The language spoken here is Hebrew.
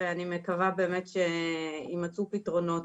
ואני מקווה שיימצאו פתרונות,